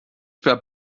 peab